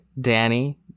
Danny